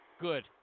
Good